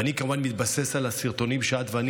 ואני כמובן מתבסס על הסרטונים שאת ואני